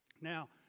Now